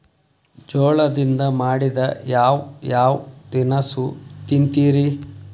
ಜೋಳದಿಂದ ಮಾಡಿದ ಯಾವ್ ಯಾವ್ ತಿನಸು ತಿಂತಿರಿ?